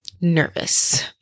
nervous